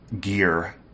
gear